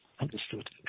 Understood